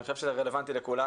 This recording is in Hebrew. אני חושב שזה רלוונטי לכולנו.